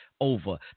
over